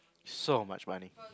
so much money